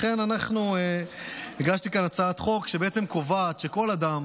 לכן הגשתי כאן הצעת חוק שבעצם קובעת שכל אדם